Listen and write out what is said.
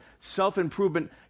self-improvement